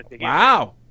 Wow